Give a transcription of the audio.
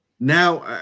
Now